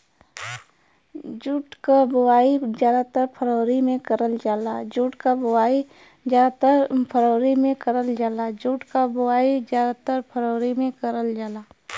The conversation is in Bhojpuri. जूट क बोवाई जादातर फरवरी में करल जाला